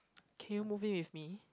can you move in with me